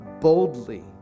boldly